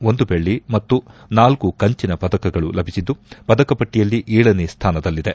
ಒಂದು ಬೆಳ್ಳಿ ಮತ್ತು ನಾಲ್ಲು ಕಂಚಿನ ಪದಕಗಳ ಲಭಿಸಿದ್ದು ಪದಕ ಪಟ್ಲಯಲ್ಲಿ ಏಳನೇ ಸ್ಥಾನದಲ್ಲಿದೆ